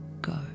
go